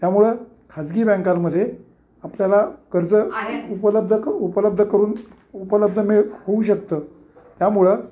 त्यामुळं खाजगी बँकांमध्ये आपल्याला कर्ज उपलब्ध क उपलब्ध करून उपलब्ध मिळु होऊ शकतं त्यामुळं